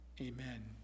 Amen